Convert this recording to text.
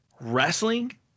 wrestling